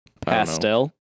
pastel